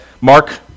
Mark